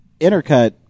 intercut